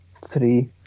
three